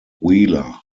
wheeler